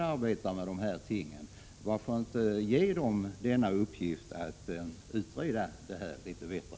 Varför inte ge arbetsgruppen i uppgift att utreda förslaget litet bättre?